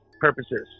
purposes